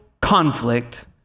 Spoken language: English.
conflict